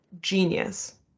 Genius